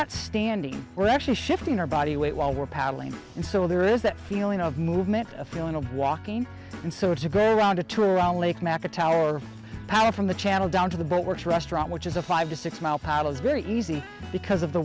not standing we're actually shifting our body weight while we're paddling and so there is that feeling of movement a feeling of walking and so it's a great around a tour around lake mack a tower of power from the channel down to the boat works restaurant which is a five to six mile paddle is very easy because of the